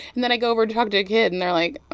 and then i go over to talk to a kid, and they're like, oh